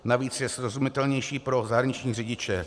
Navíc je srozumitelnější pro zahraniční řidiče.